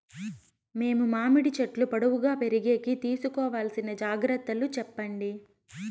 మేము మామిడి చెట్లు పొడువుగా పెరిగేకి తీసుకోవాల్సిన జాగ్రత్త లు చెప్పండి?